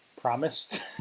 promised